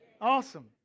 Awesome